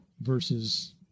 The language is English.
versus